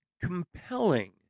compelling